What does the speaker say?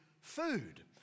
food